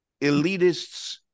elitists